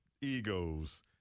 egos